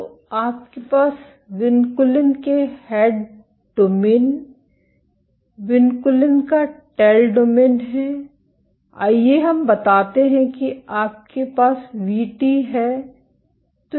तो आपके पास विनकुलिन के हेड डोमेन विनकुलिन का टेल डोमेन है आइए हम बताते हैं कि आपके पास वीटी है